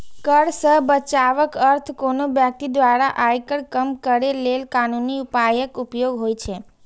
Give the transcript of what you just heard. कर सं बचावक अर्थ कोनो व्यक्ति द्वारा आयकर कम करै लेल कानूनी उपायक उपयोग होइ छै